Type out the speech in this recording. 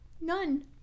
None